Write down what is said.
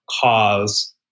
cause